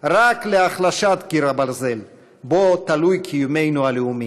רק להחלשת "קיר הברזל", שבו תלוי קיומנו הלאומי.